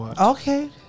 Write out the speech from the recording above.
Okay